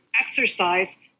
exercise